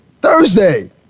Thursday